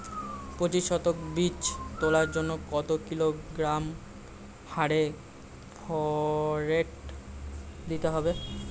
পঁচিশ শতক বীজ তলার জন্য কত কিলোগ্রাম হারে ফোরেট দিতে হবে?